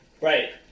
Right